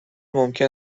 ممکن